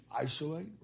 isolate